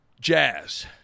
Jazz